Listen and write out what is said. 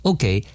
Okay